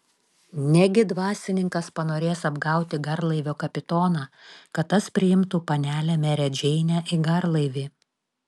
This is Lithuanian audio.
negi dvasininkas panorės apgauti garlaivio kapitoną kad tas priimtų panelę merę džeinę į garlaivį